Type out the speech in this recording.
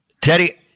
Teddy